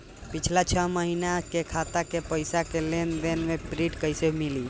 पिछला छह महीना के खाता के पइसा के लेन देन के प्रींट कइसे मिली?